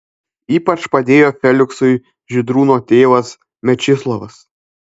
ypač padėjo feliksui žydrūno tėvas mečislovas